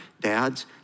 Dads